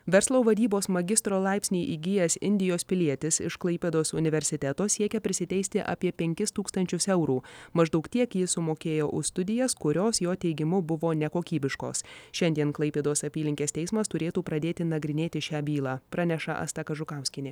verslo vadybos magistro laipsnį įgijęs indijos pilietis iš klaipėdos universiteto siekia prisiteisti apie penkis tūkstančius eurų maždaug tiek jis sumokėjo už studijas kurios jo teigimu buvo nekokybiškos šiandien klaipėdos apylinkės teismas turėtų pradėti nagrinėti šią bylą praneša asta kažukauskienė